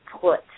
put